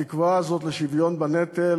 התקווה הזאת לשוויון בנטל